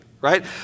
right